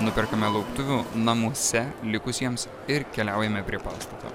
nupirkome lauktuvių namuose likusiems ir keliaujame prie pastato